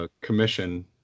commission